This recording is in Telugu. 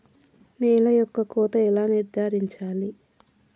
నేల యొక్క కోత ఎలా నిర్ధారించాలి?